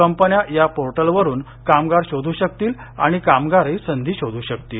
कंपन्या या पोर्टलवरून कामगार शोधू शकतील आणि कामगारही संधी शोधू शकतील